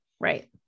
Right